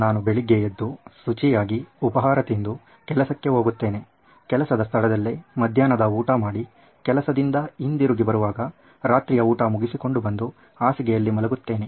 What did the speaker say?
ನಾನು ಬೆಳಿಗ್ಗೆ ಎದ್ದು ಶುಚಿಯಾಗಿ ಉಪಹಾರ ತಿಂದು ಕೆಲಸಕ್ಕೆ ಹೋಗುತ್ತೇನೆ ಕೆಲಸದ ಸ್ಥಳದಲ್ಲೇ ಮಧ್ಯಾಹ್ನದ ಊಟ ಮಾಡಿ ಕೆಲಸದಿಂದ ಹಿಂತಿರುಗಿ ಬರುವಾಗ ರಾತ್ರಿಯ ಊಟ ಮುಗಿಸಿಕೊಂಡು ಬಂದು ಹಾಸಿಗೆಯಲ್ಲಿ ಮಲಗುತ್ತೇನೆ